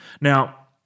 Now